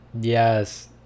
yes